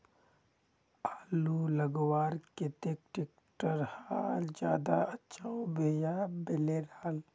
आलूर लगवार केते ट्रैक्टरेर हाल ज्यादा अच्छा होचे या बैलेर हाल?